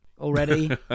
already